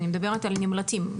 אני מדברת על הנמלטים.